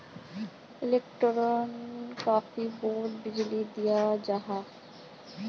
एलेक्ट्रोफिशिंगोत बीजली दियाल जाहा